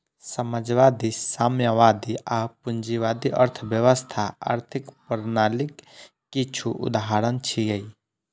समाजवादी, साम्यवादी आ पूंजीवादी अर्थव्यवस्था आर्थिक प्रणालीक किछु उदाहरण छियै